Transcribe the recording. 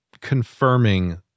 confirming